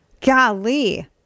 Golly